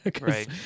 Right